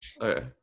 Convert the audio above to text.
Okay